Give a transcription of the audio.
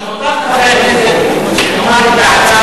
אבל מותר לחברי הכנסת לומר את דעתם?